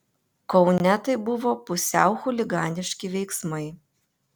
kaune tai buvo pusiau chuliganiški veiksmai